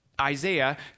Isaiah